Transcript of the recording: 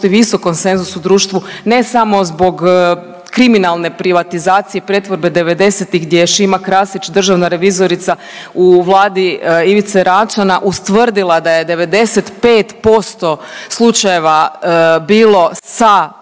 visok konsenzus u društvu ne samo zbog kriminalne privatizacije, pretvorbe devedesetih gdje je Šima Krasić, državna revizorica u Vladi Ivice Račana ustvrdila da je 95% slučajeva bilo sa